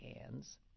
hands